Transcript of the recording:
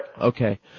Okay